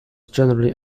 generally